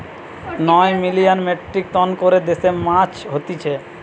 নয় million metric tonne করে দেশে মাছ হতিছে